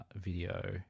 video